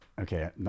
okay